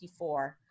1954